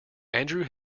andrew